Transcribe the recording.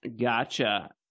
Gotcha